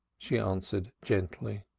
she answered gently.